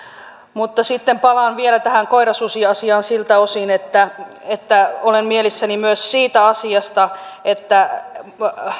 mutta sitten palaan vielä tähän koirasusiasiaan siltä osin että että olen mielissäni myös siitä asiasta että